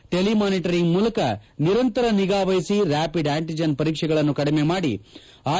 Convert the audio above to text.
telemonitoring ಮೂಲಕ ನಿರಂತರ ನಿಗಾ ವಹಿಸಿ ರ್ನಾಪಿಡ್ ಆಂಟಜೆನ್ ಪರೀಕ್ಷೆಗಳನ್ನು ಕಡಿಮೆ ಮಾಡಿ ಆರ್